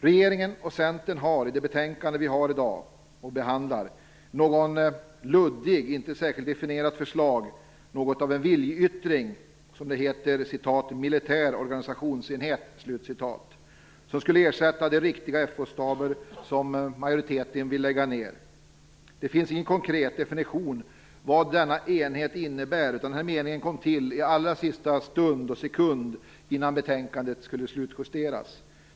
Regeringen och Centern har i det betänkande som vi behandlar i dag ett luddigt, inte särskilt väl definierat förslag. Det är kanske något av en viljeyttring om en, som det heter, militär organisationsenhet. Den skall ersätta de riktiga FO-staber som majoriteten vill lägga ned. Det finns inte någon konkret definition av vad denna enhet innebär. Den här meningen kom till i allra sista stund innan betänkandet skulle slutjusteras.